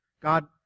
God